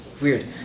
weird